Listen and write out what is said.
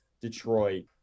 Detroit